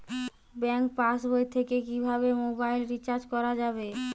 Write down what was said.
Bank পাশবই থেকে কিভাবে মোবাইল রিচার্জ করা যাবে?